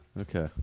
Okay